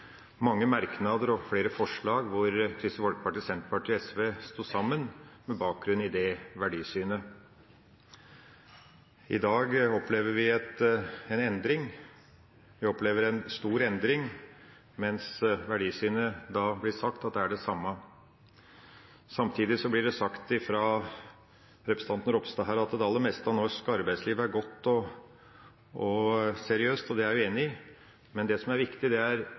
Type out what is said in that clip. mange merknader og flere forslag, hvor Kristelig Folkeparti, Senterpartiet og SV sto sammen med bakgrunn i det verdisynet. I dag opplever vi en stor endring, men verdisynet, blir det sagt, er det samme. Samtidig blir det sagt fra representanten Ropstad at det aller meste av norsk arbeidsliv er godt og seriøst. Det er vi enig i, men det som er viktig, er hvor utviklinga går. Går utviklinga vekk fra det gode og seriøse, eller er